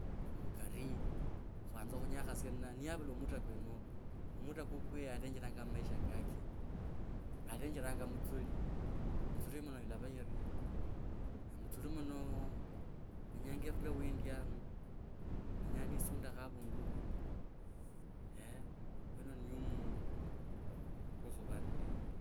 Haya, ndesh omwene, na… khatekha ndyo, sasa vuchosi vwakha free. Sasa yao niwo wanavukula olungunyiro nende amangondo kanava nenombre esiku ye nanze khupa esavu yitsire yinye, eeh, enenyere e garph yino yipandie ama yiishire, ekhupe esavu yanje, nakhamala esavu yanje, naandicha yao e list ya fundu funava aundi ninenyanga mutsuli, sasa awenao mumbiri kuvetsa kuchiyre, shindu shindi shiwe shokhukhola ta, nakhupanda tsa khushitanda nembora were khakava orii aah, ka vulano kawere asantii, ne nifimba murungreti nengona, minda ka mtsuli.